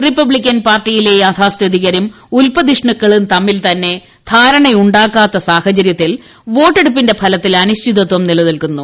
Republican പാർട്ടിയിലെ യാഥാസ്ഥിതികരും ഉല്പതിഷ്ണുക്കളും തമ്മിൽ തന്നെ ധാരണയുണ്ടാകാത്ത സാഹചരൃത്തിൽ വോട്ടെടുപ്പിന്റെ ഫലത്തിൽ അനിശ്ചിതത്വം നിലനിൽക്കുന്നു